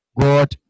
God